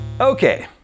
Okay